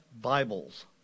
Bibles